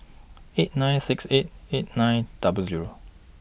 eight nine six eight eight nine double Zero